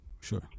Sure